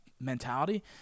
mentality